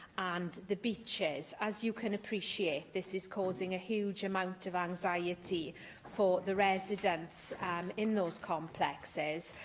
and the beeches. as you can appreciate, this is causing a huge amount of anxiety for the residents in those complexes